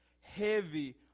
heavy